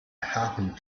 happened